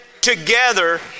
together